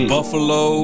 Buffalo